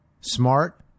smart